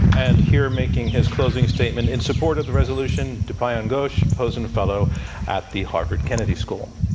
and here making his closing statement in support of the resolution, dipayan ghosh, pozen fellow at the harvard kennedy school.